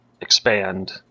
expand